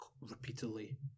repeatedly